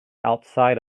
outside